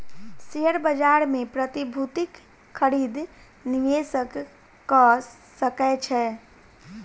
share बाजार मे प्रतिभूतिक खरीद निवेशक कअ सकै छै